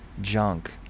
junk